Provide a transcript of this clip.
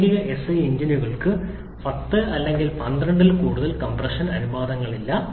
പ്രായോഗിക എസ്ഐ എഞ്ചിനുകൾക്ക് 10 അല്ലെങ്കിൽ 12 ൽ കൂടുതലുള്ള കംപ്രഷൻ അനുപാതങ്ങളില്ല